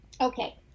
Okay